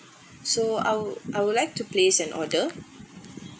so I wou~ I would like to place an order